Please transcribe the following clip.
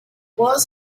was